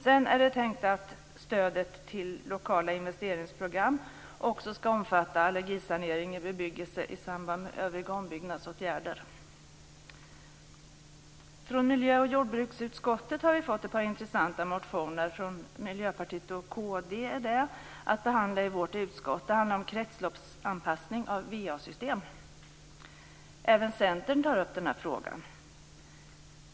Sedan är det tänkt att stödet till lokala investeringsprogram också skall omfatta allergisanering i bebyggelse i samband med övriga ombyggnadsåtgärder. Från miljö och jordbruksutskottet har vi fått ett par intressanta motioner från Miljöpartiet och kd att behandla i vårt utskott. Det handlar om kretsloppsanpassning av va-systemen. Även Centern tar upp frågan.